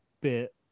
bit